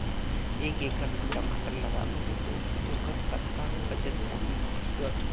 एक एकड़ म टमाटर लगाबो तो ओकर कतका वजन होही ग?